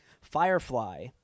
Firefly